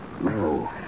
No